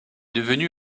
devenu